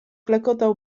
klekotał